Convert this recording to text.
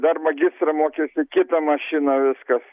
dar magistrą mokėsi kitą mašiną viskas